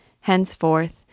Henceforth